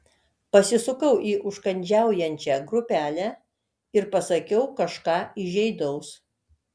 pasisukau į užkandžiaujančią grupelę ir pasakiau kažką įžeidaus